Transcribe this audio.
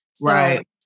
Right